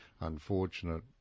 unfortunate